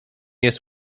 jest